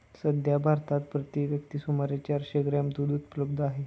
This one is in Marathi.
सध्या भारतात प्रति व्यक्ती सुमारे चारशे ग्रॅम दूध उपलब्ध आहे